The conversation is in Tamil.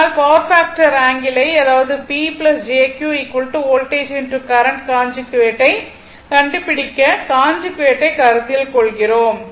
அதனால் பவர் பாக்டர் ஆங்கிளை அதாவது P jQ வோல்டேஜ் கரண்ட் கான்ஜுகேட்டை கண்டுபிடிக்க கான்ஜுகேட்டை கருத்தில் கொள்கிறோம்